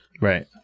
Right